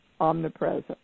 omnipresent